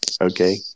Okay